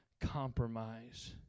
compromise